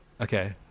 Okay